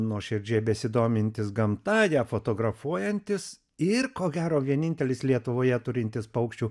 nuoširdžiai besidomintis gamta ją fotografuojantis ir ko gero vienintelis lietuvoje turintis paukščių